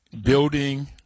building